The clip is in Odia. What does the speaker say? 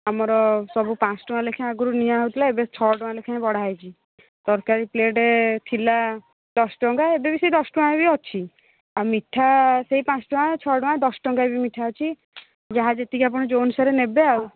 ଆମର ସବୁ ପାଞ୍ଚ ଟଙ୍କା ଲେଖାଁ ଆଗରୁ ନିଆ ହେଉ ଥିଲା ଏବେ ଛଅ ଟଙ୍କା ଲେଖାଁ ବଢ଼ା ହୋଇଛି ତରକାରୀ ପ୍ଲେଟ୍ ଥିଲା ଦଶ ଟଙ୍କା ଏବେ ବି ସେଇ ଦଶ ଟଙ୍କା ବି ଅଛି ଆଉ ମିଠା ସେଇ ପାଞ୍ଚ ଟଙ୍କା ଛଅ ଟଙ୍କା ଦଶ ଟଙ୍କା ବି ମିଠା ଅଛି ଯାହା ଯେତିକି ଯୋଉ ଅନୁସାରେ ନେବେ ଆଉ